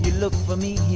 look for me